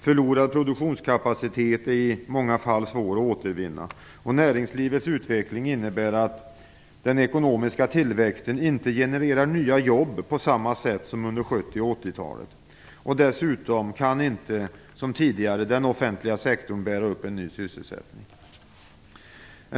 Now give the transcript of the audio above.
Förlorad produktionskapacitet är i många fall svår att återvinna. Näringslivets utveckling innebär att den ekonomiska tillväxten inte genererar nya jobb på samma sätt som under 70 och 80-talet. Dessutom kan inte den offentliga sektorn, som tidigare, bära upp en ny sysselsättning.